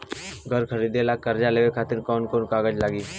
घर खरीदे ला कर्जा लेवे खातिर कौन कौन कागज लागी?